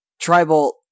Tribal